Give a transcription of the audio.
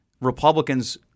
Republicans